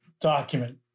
document